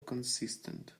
consistent